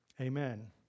Amen